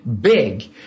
big